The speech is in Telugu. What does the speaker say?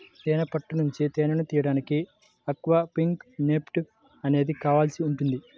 తేనె పట్టు నుంచి తేనెను తీయడానికి అన్క్యాపింగ్ నైఫ్ అనేది కావాల్సి ఉంటుంది